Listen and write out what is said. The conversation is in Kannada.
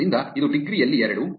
ಆದ್ದರಿಂದ ಇದು ಡಿಗ್ರಿ ಯಲ್ಲಿ ಎರಡು